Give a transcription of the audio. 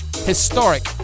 Historic